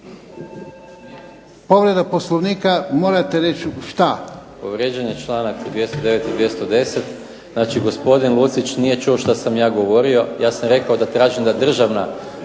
Povreda Poslovnika, morate reći šta.